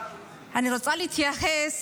אני רוצה להתייחס.